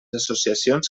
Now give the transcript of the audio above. associacions